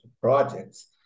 projects